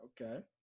Okay